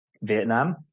vietnam